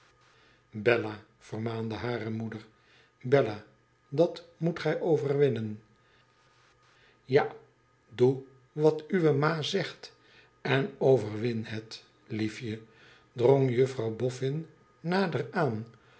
bella i vermaande hare moeder bella dat moet gij overwinnen ja doe wat uwe ma zegt en overwin het liefje drong juerouw boffia nader aan